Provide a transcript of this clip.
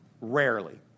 Rarely